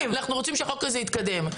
אנחנו רוצים שהחוק הזה יתקדם.